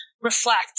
reflect